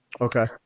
Okay